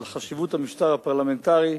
על חשיבות המשטר הפרלמנטרי.